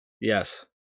Yes